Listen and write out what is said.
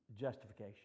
justification